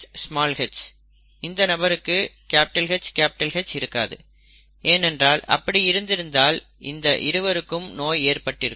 இந்த நபருக்கு HH இருக்காது ஏனென்றால் அப்படி இருந்திருந்தால் இந்த இருவருக்கும் நோய் ஏற்பட்டிருக்கும்